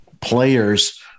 players